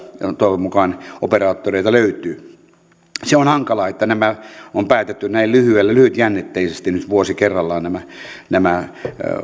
ja toivon mukaan operaattoreita löytyy se on hankalaa että nämä on päätetty näin lyhytjännitteisesti nyt vuosi kerrallaan nämä nämä